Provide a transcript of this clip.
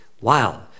wow